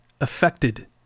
affected